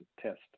test